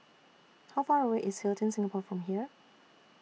How Far away IS Hilton Singapore from here